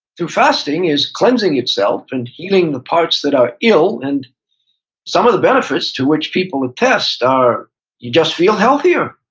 through fasting, is cleansing itself and healing the parts that are ill. and some of the benefits to which people attest are you just feel healthier.